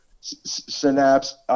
Synapse